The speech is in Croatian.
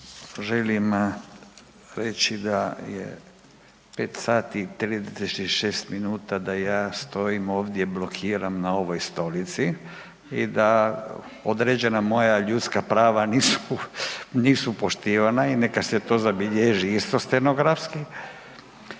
Želim reći da je 5 sati i 36 minuta da ja stojim ovdje blokiram na ovoj stolici i da određena moja ljudska prava nisu poštivana i neka se to zabilježi isto stenografski,